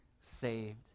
saved